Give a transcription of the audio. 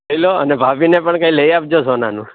લઈ લો અને ભાભીને પણ કઈ લઈ આપજો સોનાનું